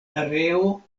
areo